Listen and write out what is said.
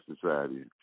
society